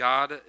God